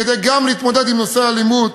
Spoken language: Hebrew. כדי להתמודד גם עם נושא האלימות.